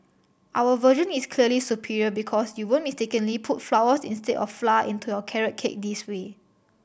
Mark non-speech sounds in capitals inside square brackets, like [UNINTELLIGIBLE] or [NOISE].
our version is clearly superior because you won't mistakenly put flowers instead of [UNINTELLIGIBLE] into your carrot cake this way